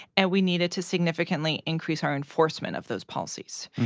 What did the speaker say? and we needed to significantly increase our enforcement of those policies.